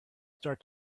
start